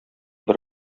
бер